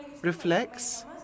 reflects